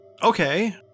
Okay